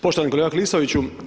Poštovani kolega Klisoviću.